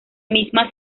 misma